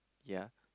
yeah